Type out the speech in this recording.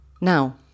Now